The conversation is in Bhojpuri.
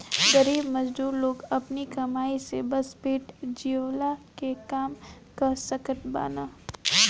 गरीब मजदूर लोग अपनी कमाई से बस पेट जियवला के काम कअ सकत बानअ